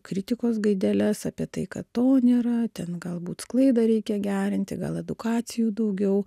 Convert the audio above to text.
kritikos gaideles apie tai kad to nėra ten galbūt sklaidą reikia gerinti gal edukacijų daugiau